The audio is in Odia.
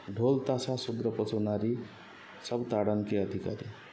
ଢୋଲ୍ ତାଷା୍ ଶୂଦ୍ର ପଶୁ ନାରୀ ସବ୍ ତାଡ଼୍ନକେ ଅଧିକାରୀ